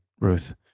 Ruth